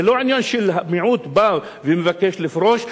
זה לא עניין שהמיעוט בא ומבקש לפרוש.